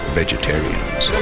vegetarians